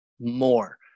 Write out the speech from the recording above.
more